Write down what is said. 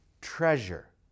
treasure